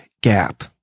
gap